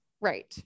Right